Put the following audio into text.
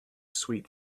sweet